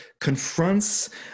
confronts